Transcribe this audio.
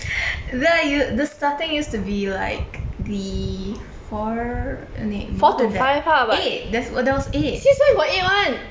the y~ the starting used to be like the four more than that eight there's o~ there was eight